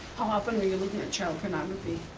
how often were you looking at child pornography?